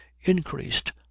increased